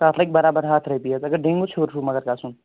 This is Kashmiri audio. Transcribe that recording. تَتھ لَگہِ برابر ہَتھ رۄپیہِ اگر بیمِیُن ہیٚور چھُو مگر گَژھُن